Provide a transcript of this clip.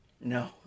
No